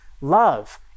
love